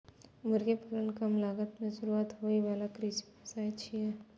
मुर्गी पालन कम लागत मे शुरू होइ बला कृषि व्यवसाय छियै